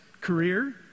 career